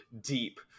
deep